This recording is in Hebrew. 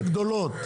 החברות הגדולות,